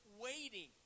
waiting